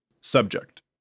Subject